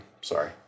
Sorry